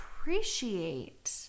appreciate